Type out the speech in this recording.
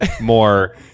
more